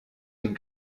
den